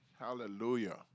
Hallelujah